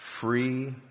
free